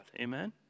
Amen